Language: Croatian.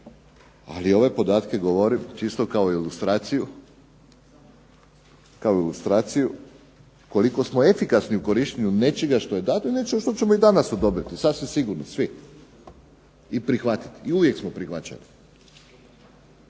ali ove podatke govorim čisto kao ilustraciju koliko smo efikasni u korištenju nečega što je dato i nečemu što ćemo i danas odobriti, sasvim sigurno svi, i prihvatiti, i uvijek smo prihvaćali.